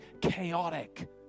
chaotic